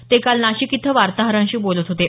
ते काल नाशिक इथं वार्ताहरांशी बोलत होते